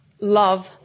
love